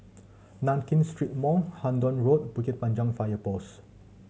Nankin Street Mall Hendon Road Bukit Panjang Fire Post